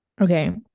okay